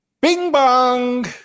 Bing-bong